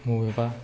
मबेबा